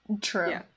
true